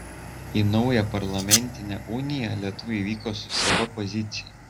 į naują parlamentinę uniją lietuviai vyko su sava pozicija